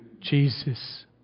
Jesus